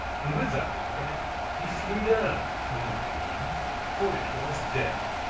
and with that word he flew down from the beam, for it was day,